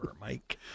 Mike